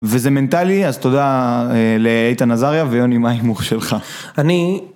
וזה מנטלי, אז תודה לאיתן עזריה ויוני, מה ההימור שלך? אני...